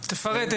תפרט.